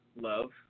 Love